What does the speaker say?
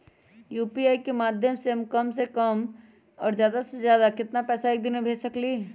UPI के माध्यम से हम कम से कम और ज्यादा से ज्यादा केतना पैसा एक दिन में भेज सकलियै ह?